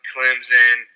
Clemson